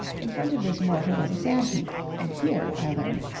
in front of this mortar was a sand-heap, and here, i learned,